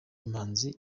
imanzi